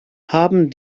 haben